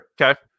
Okay